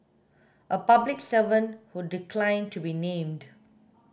a public servant who declined to be named